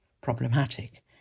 problematic